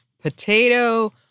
potato